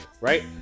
Right